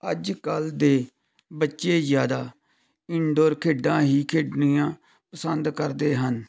ਅੱਜ ਕੱਲ੍ਹ ਦੇ ਬੱਚੇ ਜ਼ਿਆਦਾ ਇਨਡੋਰ ਖੇਡਾਂ ਹੀ ਖੇਡਣੀਆਂ ਪਸੰਦ ਕਰਦੇ ਹਨ